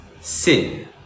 sin